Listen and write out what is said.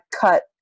cut